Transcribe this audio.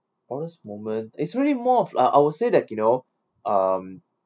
honest moment it's really more of ah I would say that you know um